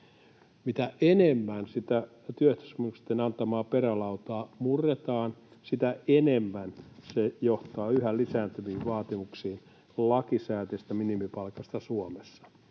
Mitä enemmän sitä työehtosopimusten antamaa perälautaa murretaan, sitä enemmän se johtaa yhä lisääntyviin vaatimuksiin lakisääteisestä minimipalkasta Suomessa.